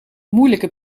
moeilijke